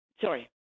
Sorry